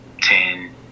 ten